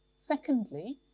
secondly,